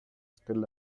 still